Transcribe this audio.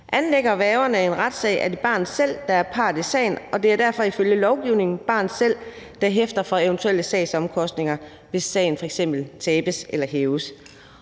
Anlægger værgerne en retssag, er det barnet selv, der er part i sagen, og det er derfor ifølge lovgivningen barnet selv, der hæfter for eventuelle sagsomkostninger, hvis sagen f.eks. tabes eller hæves.